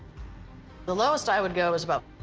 the lowest i would go is about